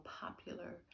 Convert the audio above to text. popular